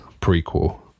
prequel